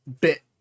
bit